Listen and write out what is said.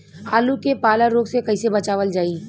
आलू के पाला रोग से कईसे बचावल जाई?